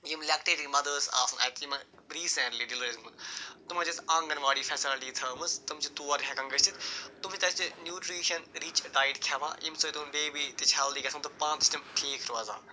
یِم لٮ۪کٹٕری مَدٲرٕس آسَن اَتہِ یِمَن ریٖسٮ۪نٛٹلی ڈِلؤری آسہِ گٔمٕژ تِمَن چھِ اَسہِ آنگَن واڈی فٮ۪لَسٹی تھٲومٕژ تِم چھِ تور ہٮ۪کان گٔژھِتھ تِم چھِ تَتہِ نیوٗٹریٖشَن رِچ ڈایِٹ کھٮ۪وان ییٚمہِ سۭتۍ یِم بیبی تہِ چھِ ہٮ۪لدی گژھان تہٕ پانہٕ چھِ تِم ٹھیٖک روزان